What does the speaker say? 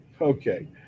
okay